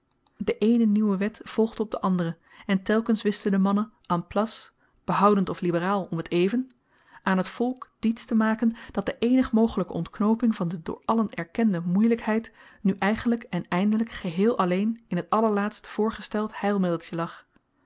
de eene nieuwe wet volgde op de andere en telkens wisten de mannen en place behoudend of liberaal om t even aan t volk diets te maken dat de eenig mogelyke ontknooping van de door allen erkende moeielykheid nu eigenlyk en eindelyk geheel alleen in t allerlaatst voorgesteld heilmiddeltje lag